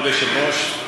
כבוד היושב-ראש,